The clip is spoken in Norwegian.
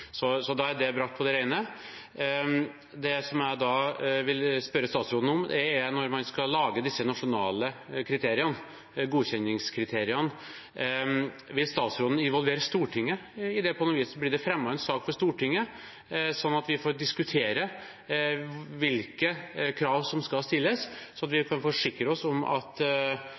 Så da er det brakt på det rene. Det som jeg da vil spørre statsråden om, er: Når man skal lage disse nasjonale kriteriene, godkjenningskriteriene, vil statsråden involvere Stortinget i det på noe vis? Blir det fremmet en sak for Stortinget, sånn at vi får diskutere hvilke krav som skal stilles, sånn at vi kan forsikre oss om at